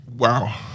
Wow